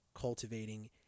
cultivating